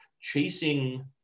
chasing